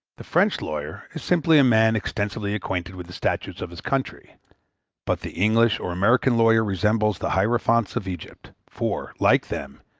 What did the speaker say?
the french lawyer is simply a man extensively acquainted with the statutes of his country but the english or american lawyer resembles the hierophants of egypt, for, like them,